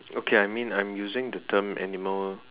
okay I mean I'm using the term animal